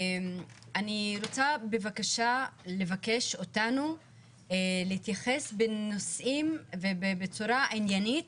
אני רוצה בבקשה לבקש אותנו להתייחס בנושאים ובצורה עניינית.